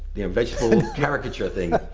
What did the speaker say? the and vegetable caricature thing.